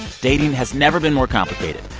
dating has never been more complicated.